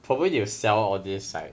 probably they will sell all these like